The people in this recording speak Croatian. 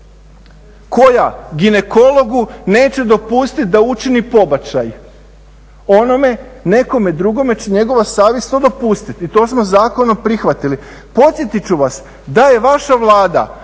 Koja ginekologu neće dopustiti da učini pobačaj, onome nekome drugome će njegova savjest to dopustiti i to smo zakonom prihvatili. Podsjetit ću vas da je vaša Vlada